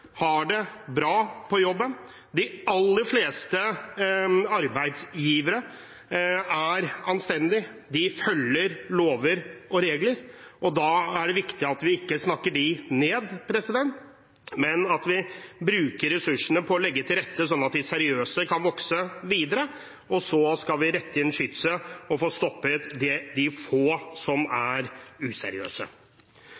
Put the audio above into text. har det bra på jobben, de aller fleste arbeidsgivere er anstendige, de følger lover og regler. Da er det viktig at vi ikke snakker dem ned, men at vi bruker ressursene på å legge til rette slik at de seriøse kan vokse videre, og så skal vi rette inn skytset og få stoppet de få som